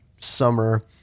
summer